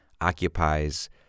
occupies